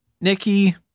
Nikki